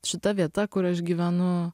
šita vieta kur aš gyvenu